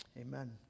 amen